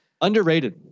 Underrated